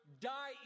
die